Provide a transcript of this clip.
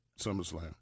SummerSlam